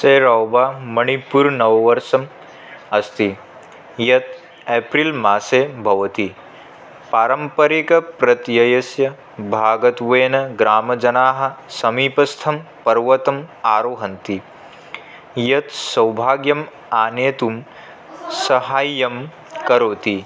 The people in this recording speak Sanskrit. सैरव्बा मणिपुरनववर्षम् अस्ति यत् एप्रिल् मासे भवति पारम्परिकप्रत्ययस्य भागत्वेन ग्रामजनाः समीपस्थं पर्वतम् आरोहन्ति यत् सौभाग्यम् आनेतुं साहाय्यं करोति